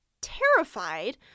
terrified